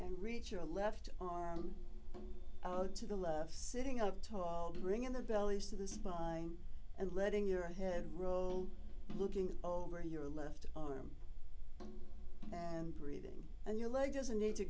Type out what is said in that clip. and reach your left arm out to the love sitting up tall bringing the bellies to the spine and letting your head roll looking over your left arm and breathing and your leg doesn't need to